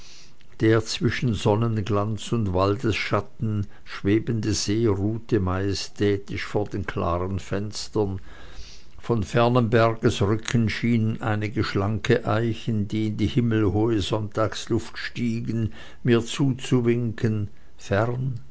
der zwischen sonnenglanz und waldesschatten schwebende see ruhte majestätisch vor den klaren fenstern von fernem bergrücken schienen einige schlanke eichen die in die himmelhohe sonntagsluft stiegen mir zuzuwinken fern